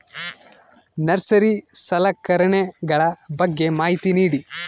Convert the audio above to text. Nursery ಸಲಕರಣೆಗಳ ಬಗ್ಗೆ ಮಾಹಿತಿ ನೇಡಿ?